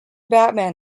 batman